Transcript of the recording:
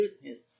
goodness